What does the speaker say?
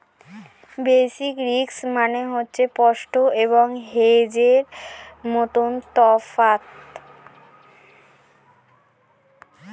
basis risk মানে হচ্ছে spot এবং হেজের মধ্যে তফাৎ